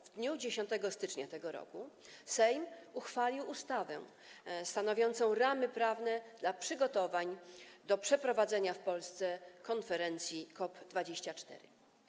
W dniu 10 stycznia tego roku Sejm uchwalił ustawę stanowiącą ramy prawne dla przygotowań do przeprowadzenia w Polsce konferencji COP 24.